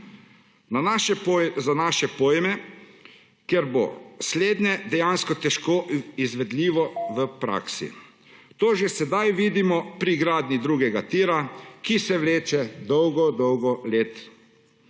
Za naše pojme kjer bo slednje dejansko težko izvedljivo v praksi. To že sedaj vidimo pri gradnji drugega tira, ki se vleče dolgo dolgo let.